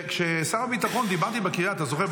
דיברתי עם שר הביטחון, בקריה, אתה זוכר?